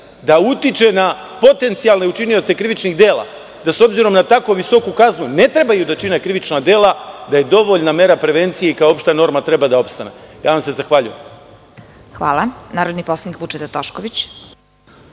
da utiče na potencijalne učinioce krivičnih da, da s obzirom na tako visoku kaznu ne trebaju da čine krivična dela, da je dovoljna mera prevencije i kao opšta norma treba da opstane. Zahvaljujem se. **Vesna Kovač** Hvala. Reč ima narodni poslanik Vučeta Tošković.